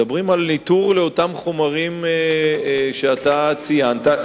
מדברים על ניטור לאותם חומרים שאתה ציינת.